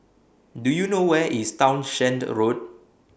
Do YOU know Where IS Townshend Road